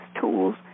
tools